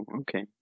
okay